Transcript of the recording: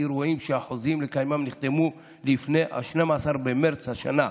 אירועים שהחוזים לקיומם נחתמו לפני 12 במרץ השנה,